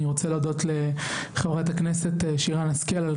אני רוצה להודות לחברת הכנסת שרן השכל על